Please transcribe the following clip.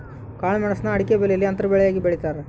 ಕಾಳುಮೆಣುಸ್ನ ಅಡಿಕೆಬೆಲೆಯಲ್ಲಿ ಅಂತರ ಬೆಳೆಯಾಗಿ ಬೆಳೀತಾರ